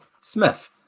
Smith